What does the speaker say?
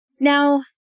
Now